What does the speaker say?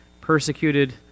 persecuted